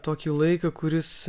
tokį laiką kuris